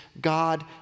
God